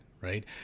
right